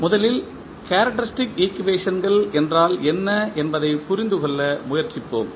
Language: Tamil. முதலில் கேரக்டரிஸ்டிக் ஈக்குவேஷன்கள் என்றால் என்ன என்பதை புரிந்து கொள்ள முயற்சிப்போம்